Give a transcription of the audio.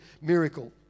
miracle